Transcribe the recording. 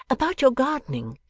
about your gardening.